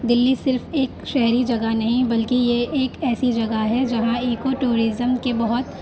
دلی صرف ایک شہری جگہ نہیں بلکہ یہ ایک ایسی جگہ ہے جہاں ایککو ٹورزم کے بہت